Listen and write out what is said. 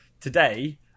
today